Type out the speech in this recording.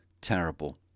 terrible